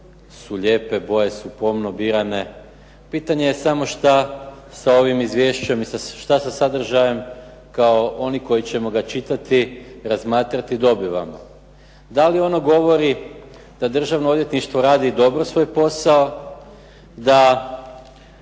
su lijepe, boje su pomno birane, pitanje je samo što sa ovim izvješćem, što sa sadržajem kao oni koji će ga čitati, razmatrati dobivamo? Da li ono govori da Državno odvjetništvo radi dobro svoj posao? Da